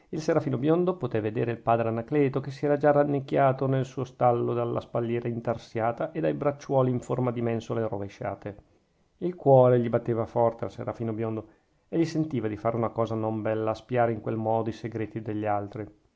il serafino biondo potè vedere il padre anacleto che si era già rannicchiato nel suo stallo dalla spalliera intarsiata e dai bracciuoli in forma di mensole rovesciate il cuore gli batteva forte al serafino biondo egli sentiva di fare una cosa non bella a spiare in quel modo i segreti degli altri